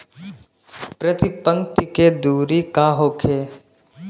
प्रति पंक्ति के दूरी का होखे?